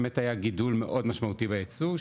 באמת היה גידול מאוד משמעותי בייצוא,